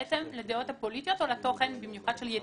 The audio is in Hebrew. לדעות הפוליטיות או במיוחד לתוכן של יצירה,